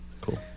Cool